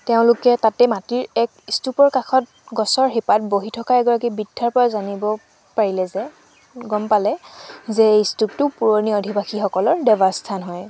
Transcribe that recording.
তেওঁলোকে তাতে মাটিৰ এক স্তূপৰ কাষত গছৰ শিপাত বহি থকা এগৰাকী বৃদ্ধাৰ পৰা জানিব পাৰিলে যে গম পালে যে এই স্তূপটো পুৰণি অধিবাসীসকলৰ দেৱাস্থান হয়